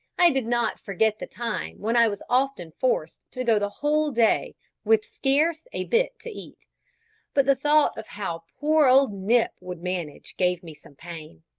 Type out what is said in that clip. i did not forget the time when i was often forced to go the whole day with scarce a bit to eat but the thought of how poor old nip would manage gave me some pain.